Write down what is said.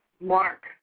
mark